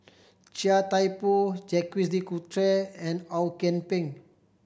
Chia Thye Poh Jacques De Coutre and Ong Kian Peng